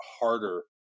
harder